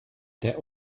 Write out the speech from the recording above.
der